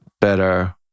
better